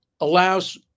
allows